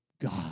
God